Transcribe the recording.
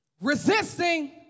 resisting